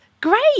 great